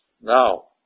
Now